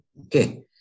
okay